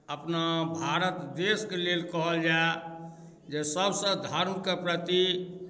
अपना भारत देशके लेल कहल जाय जे सभसँ धर्मके प्रति